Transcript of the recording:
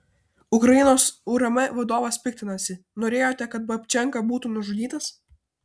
ukrainos urm vadovas piktinasi norėjote kad babčenka būtų nužudytas